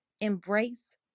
embrace